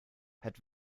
had